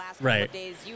Right